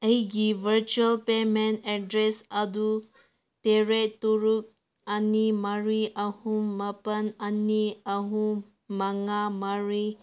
ꯑꯩꯒꯤ virtual payment address ꯑꯗꯨ ꯇꯔꯦꯠ ꯇꯔꯨꯛ ꯑꯅꯤ ꯃꯔꯤ ꯑꯍꯨꯝ ꯃꯥꯄꯜ ꯑꯅꯤ ꯑꯍꯨꯝ ꯃꯉꯥ ꯃꯔꯤ